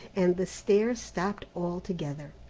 and the stair stopped altogether.